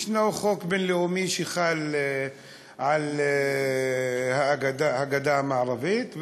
יש חוק בין-לאומי שחל על הגדה המערבית,